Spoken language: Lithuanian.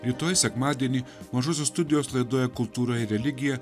rytoj sekmadienį mažosios studijos laidoje kultūra ir religija